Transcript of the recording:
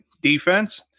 defense